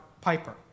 Piper